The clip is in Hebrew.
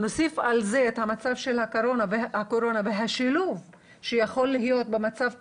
נוסיף על כך את הקורונה ואת השילוב שיכול להיות במצב כזה,